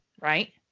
right